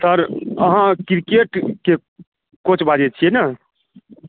sir अहाँ किरकेटके coach बाजै छिए ने